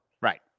Right